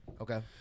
Okay